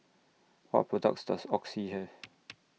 What products Does Oxy Have